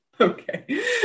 Okay